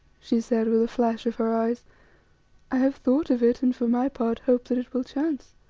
she said, with a flash of her eyes. i have thought of it, and for my part hope that it will chance,